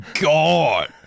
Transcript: God